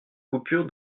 coupure